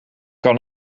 kan